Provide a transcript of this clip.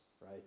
right